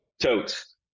totes